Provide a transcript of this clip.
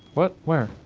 what, where?